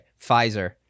Pfizer